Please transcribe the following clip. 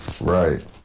Right